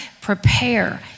prepare